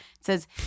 says